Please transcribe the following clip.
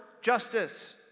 justice